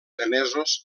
emesos